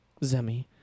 Zemi